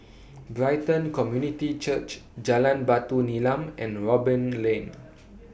Brighton Community Church Jalan Batu Nilam and Robin Lane